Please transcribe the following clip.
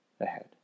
ahead